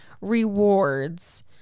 rewards